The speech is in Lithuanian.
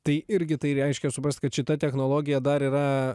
tai irgi tai reiškia suprasti kad šita technologija dar yra